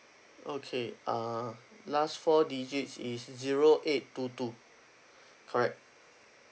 okay uh last four digits is zero eight two two correct